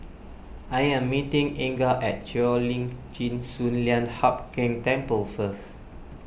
I am meeting Inga at Cheo Lim Chin Sun Lian Hup Keng Temple first